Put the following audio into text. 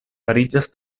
fariĝas